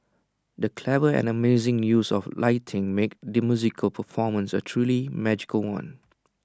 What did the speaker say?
the clever and amazing use of lighting made the musical performance A truly magical one